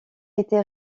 été